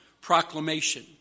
proclamation